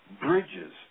bridges